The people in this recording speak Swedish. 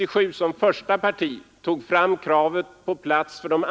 3.